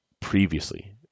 previously